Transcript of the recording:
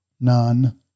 none